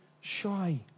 shy